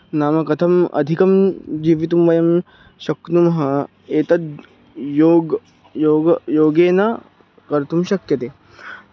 नाम कथम् अधिकं जीवितुं वयं शक्नुमः एतद् योगः योगः योगेन कर्तुं शक्यते